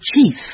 chief